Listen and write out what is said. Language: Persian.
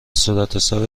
صورتحساب